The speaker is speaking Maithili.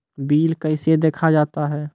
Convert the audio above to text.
बिल कैसे देखा जाता हैं?